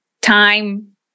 Time